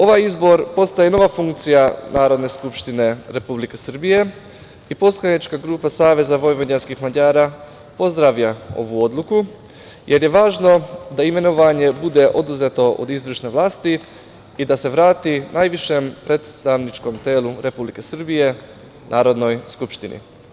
Ovaj izbor postaje nova funkcija Narodne skupštine Republike Srbije i poslanička grupa SVM pozdravlja ovu odluku, jer je važno da imenovanje bude oduzeto od izvršne vlasti i da se vrati najvišem predstavničkom telu Republike Srbije, Narodnoj skupštini.